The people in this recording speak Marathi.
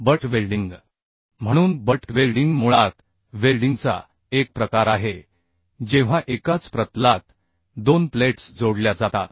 बट वेल्डिंग म्हणून बट वेल्डिंग मुळात वेल्डिंगचा एक प्रकार आहे जेव्हा एकाच प्रतलात दोन प्लेट्स जोडल्या जातात